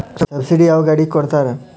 Subsidy ಯಾವ ಗಾಡಿಗೆ ಕೊಡ್ತಾರ?